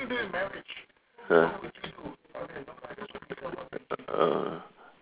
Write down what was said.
ah err